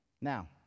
Now